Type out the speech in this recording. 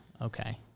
Okay